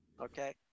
okay